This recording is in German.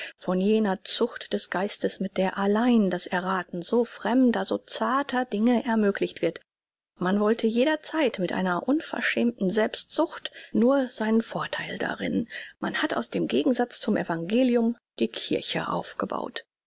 von jener zucht des geistes mit der allein das errathen so fremder so zarter dinge ermöglicht wird man wollte jederzeit mit einer unverschämten selbstsucht nur seinen vortheil darin man hat aus dem gegensatz zum evangelium die kirche aufgebaut